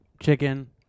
chicken